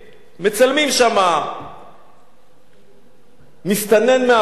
מצלמים שם מסתנן מאפריקה.